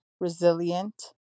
resilient